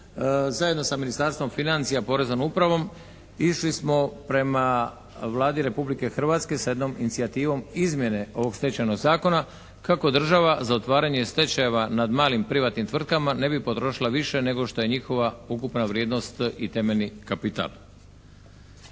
zajedno sa Ministarstvom financija, Poreznom upravom išli smo prema Vladi Republike Hrvatske s jednom inicijativom izmjene ovog Stečajnog zakona kako država za otvaranje stečajeva nad malim privatnim tvrtkama ne bi potrošila više nego što je njihova ukupna vrijednost i temeljni kapital.